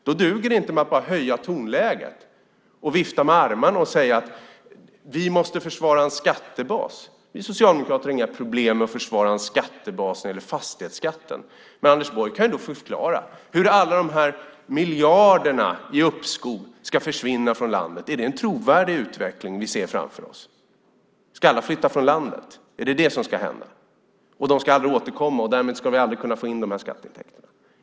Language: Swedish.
Då duger det inte att bara höja tonläget, vifta med armarna och säga att vi måste försvara en skattebas. Vi socialdemokrater har inga problem att försvara en skattebas när det gäller fastighetsskatten. Men Anders Borg kan väl förklara hur alla miljarder i uppskov ska försvinna från landet. Är det en trovärdig utveckling att alla flyttar från landet för att aldrig återvända och att vi därmed aldrig får in dessa skattepengar?